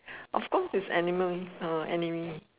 of course it's animal uh enemy